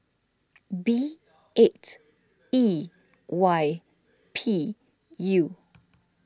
B eight E Y P U